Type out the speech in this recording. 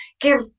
give